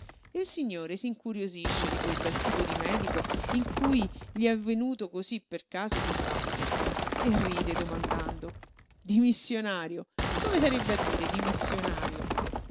il signore s'incuriosisce di quel bel tipo di medico in cui gli è avvenuto cosí per caso d'imbattersi e ride domandando dimissionario come sarebbe a dire dimissionario